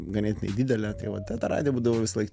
ganėtinai didelė tai va ta ta radija būdavo visąlaik